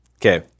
Okay